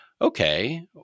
okay